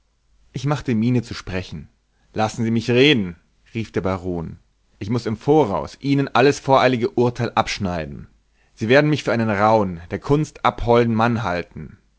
ich machte miene zu sprechen lassen sie mich reden rief der baron ich muß im voraus ihnen alles voreilige urteil abschneiden sie werden mich für einen rauhen der kunst abholden mann halten